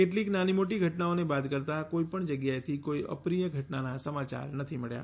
કેટલીક નાની મોટી ઘટનાઓને બાદ કરતા કોઈ પણ જગ્યાએથી કોઈ અપ્રિય ઘટનાના સમાચાર નથી મળ્યા